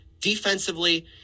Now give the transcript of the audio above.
defensively